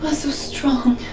ah so strong!